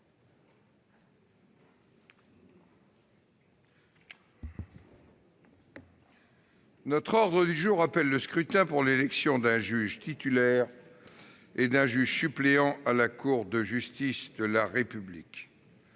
Mes chers collègues, le scrutin pour l'élection d'un juge titulaire et d'un juge suppléant à la Cour de justice de la République